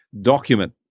document